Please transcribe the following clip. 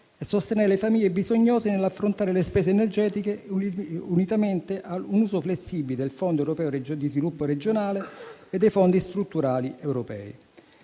e sostenere le famiglie bisognose nell'affrontare le spese energetiche, unitamente all'uso flessibile del Fondo europeo di sviluppo regionale e dei Fondi strutturali europei.